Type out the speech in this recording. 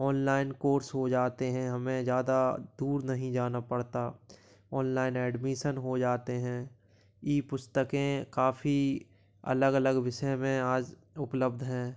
online course वो जाते हैं हमें ज्यादा दूर नहीं जाना पड़ता ऑनलाइन एडमिशन हो जाते हैं ई पुस्तकें काफी अलग अलग विषय में आज उपलब्ध हैं